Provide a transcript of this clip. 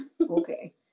Okay